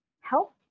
help